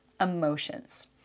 emotions